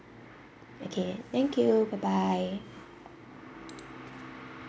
okay thank you bye bye